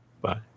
Bye